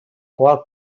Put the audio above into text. qual